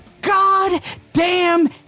goddamn